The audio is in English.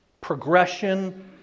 progression